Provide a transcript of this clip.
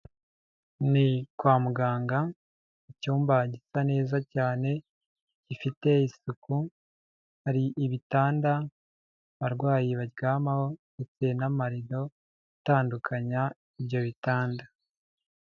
Ni kwa muganga, icyumba gisa neza cyane, gifite isuku, hari ibitanda abarwayi baryamaho, gifite n'amarido atandukanya ibyo bitanda.